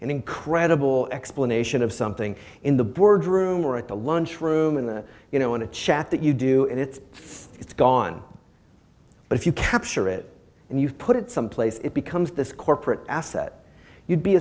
an incredible explanation of something in the boardroom or at the lunch room in the you know in a chat that you do and it's fun it's gone but if you capture it and you put it someplace it becomes this corporate asset you'd be